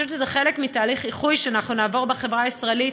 אני חושבת שזה תהליך איחוי שאנחנו נעבור בחברה הישראלית,